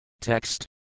Text